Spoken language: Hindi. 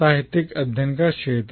साहित्यिक अध्ययन का क्षेत्र